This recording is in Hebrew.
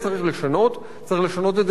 צריך לשנות את זה בצורה נחושה,